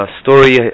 story